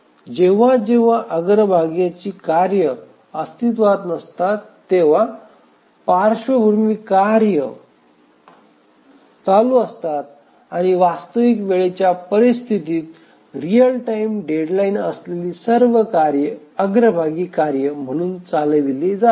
जेव्हा जेव्हा अग्रभागाची कार्ये अस्तित्वात नसतात तेव्हा पार्श्वभूमी कार्य चालू असतात आणि वास्तविक वेळेच्या परिस्थितीत रिअल टाइम डेडलाइन असलेली सर्व कार्ये अग्रभागी कार्य म्हणून चालविली जातात